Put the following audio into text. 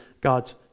God's